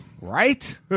Right